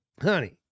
Honey